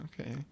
okay